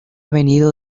venido